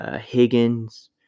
Higgins